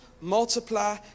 multiply